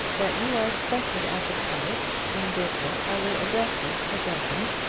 that you are expected at the cottage, and therefore i will address this to belton,